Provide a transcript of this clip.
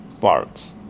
parts